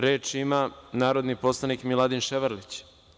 Reč ima narodni poslanik Miladin Ševarlić.